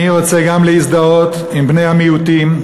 אני רוצה גם להזדהות עם בני המיעוטים,